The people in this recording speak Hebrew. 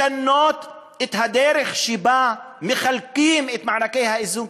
לשנות את הדרך שבה מחלקים את מענקי האיזון,